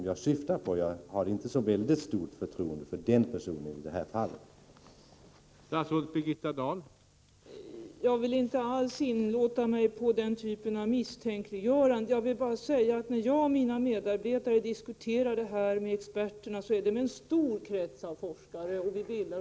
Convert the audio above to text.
Jag hyser inte något särskilt stort förtroende för personen i fråga — var och en vet vem jag syftar på.